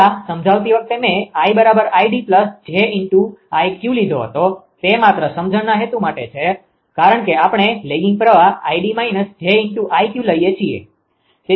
પહેલાં સમજાવતી વખતે મેં 𝐼𝑑𝑗𝐼𝑞 લીધો હતો તે માત્ર સમજણના હેતુ માટે છે કારણ કે આપણે લેગીંગ પ્રવાહ 𝐼𝑑 −𝑗𝐼𝑞 લઈએ છીએ